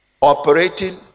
Operating